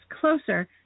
closer